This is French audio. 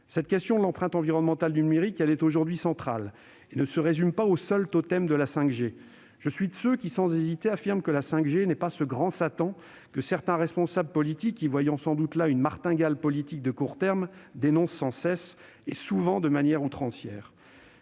La question de l'empreinte environnementale du numérique est aujourd'hui centrale et ne se résume pas au seul totem de la 5G. Je suis de ceux qui, sans hésiter, affirment que la 5G n'est pas ce « grand Satan » que certains responsables, voyant sans doute là une martingale politique de court terme, dénoncent sans cesse et souvent de manière outrancière.